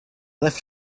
left